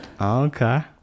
Okay